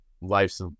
life's